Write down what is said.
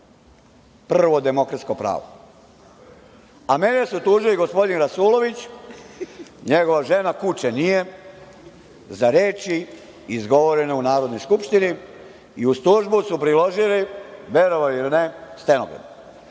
prvo demokratsko pravo, a mene su tužili gospodin Rasulović, njegova žena, kuče nije za reči izgovorene u Narodnoj skupštini i uz tužbu su priložili, verovali ili ne, stenogram.